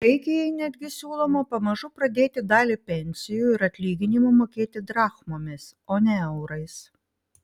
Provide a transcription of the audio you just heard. graikijai netgi siūloma pamažu pradėti dalį pensijų ir atlyginimų mokėti drachmomis o ne eurais